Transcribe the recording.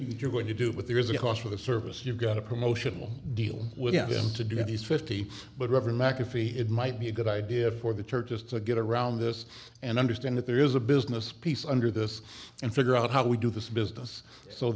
you're going to do with there is a cost for the service you got a promotional deal with them to do these fifty but never mcafee it might be a good idea for the churches to get around this and understand that there is a business piece under this and figure out how we do this business so